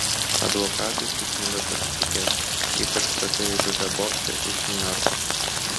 advokatais jis nebepasitikės ypač tokia įžūlia bobše iš niujorko